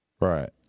Right